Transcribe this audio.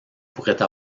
pourraient